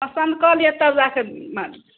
पसन्द कऽ लिअ तब जा कऽ